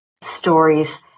stories